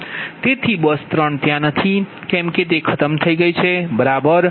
તેથી બસ 3 ત્યાં નથી કેમ કે તે ખતમ થઈ ગઈ છે બરાબર